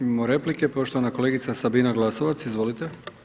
Imamo replike, poštovana kolegica Sabina Glasovac, izvolite.